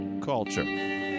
culture